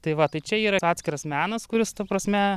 tai va tai čia yra tas atskiras menas kuris ta prasme